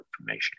information